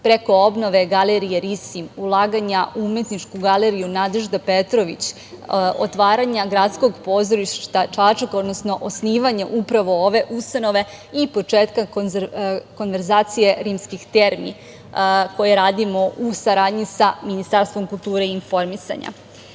preko obnove Galerije „Risim“, ulaganja u Umetničku galeriju „Nadežda Petrović“, otvaranja Gradskog pozorišta „Čačak“, odnosno, osnivanje upravo ove ustanove i početka konverzacije rimskih termi, koje radimo u saradnji sa Ministarstvom kulture i informisanja.